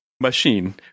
Machine